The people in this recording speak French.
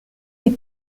des